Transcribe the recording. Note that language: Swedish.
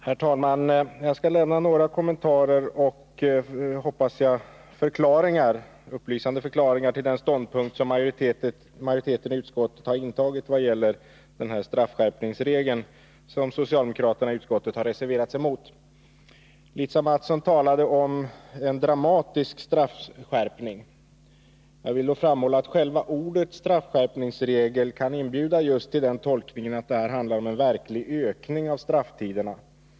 Herr talman! Jag skall lämna några kommentarer och — hoppas jag — upplysande förklaringar till den ståndpunkt som majoriteten i utskottet har intagit vad gäller denna straffskärpningsregel, som socialdemokraterna i utskottet har reserverat sig mot. Lisa Mattson talade om en dramatisk straffskärpning. Jag vill då framhålla att själva ordet straffskärpningsregel kan inbjuda just till den tolkningen att det här handlar om en verklig ökning av strafftiderna.